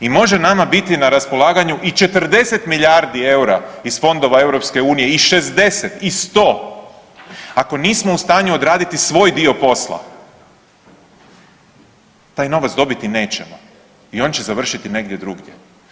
I može nama biti na raspolaganju i 40 milijardi eura iz fondova EU-a, i 60 i 100 ako nismo u stanju odraditi svoj dio posla, taj novac dobiti nećemo i on će završiti negdje drugdje.